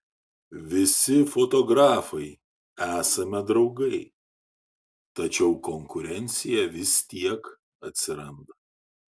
visi fotografai esame draugai tačiau konkurencija vis tiek atsiranda